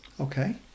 Okay